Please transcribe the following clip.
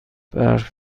برف